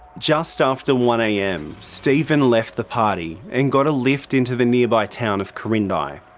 just after one am, stephen left the party and got a lift into the nearby town of quirindi.